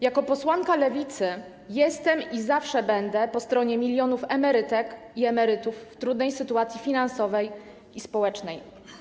Jako posłanka Lewicy jestem i zawsze będę po stronie milionów emerytek i emerytów znajdujących się w trudnej sytuacji finansowej i społecznej.